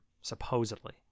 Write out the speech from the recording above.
supposedly